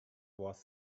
was